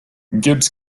gibbs